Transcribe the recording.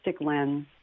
lens